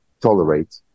tolerate